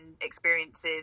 experiences